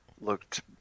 looked